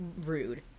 rude